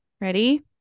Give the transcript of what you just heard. Ready